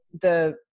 the-